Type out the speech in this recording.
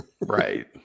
Right